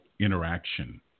interaction